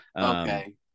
Okay